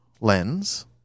lens